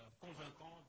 convaincant